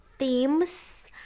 themes